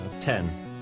ten